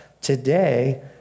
today